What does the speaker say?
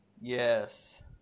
Yes